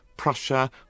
Prussia